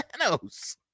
Thanos